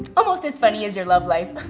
almost as funny as your love life.